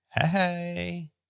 hey